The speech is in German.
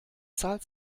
zahlt